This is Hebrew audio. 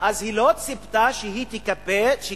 היא לא ציפתה שהיא תקבל,